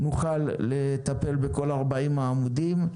נוכל לטפל בכל 40 העמודים.